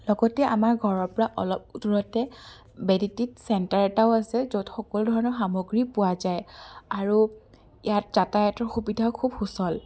লগতে আমাৰ ঘৰৰ পৰা অলপ দূৰতে বেদেটিত চেণ্টাৰ এটাও আছে য'ত সকলো ধৰণৰ সামগ্ৰী পোৱা যায় আৰু ইয়াত যাতায়াতৰ সুবিধাও খুব সুচল